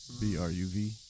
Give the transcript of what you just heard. B-R-U-V